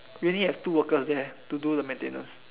we only have two workers there to do the maintenance